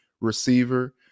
receiver